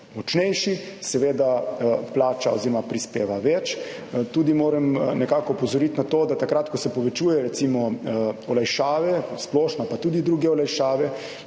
močnejši, seveda plača oziroma prispeva več. Tudi moram nekako opozoriti na to, da takrat, ko se povečuje recimo olajšave splošno, pa tudi druge olajšave,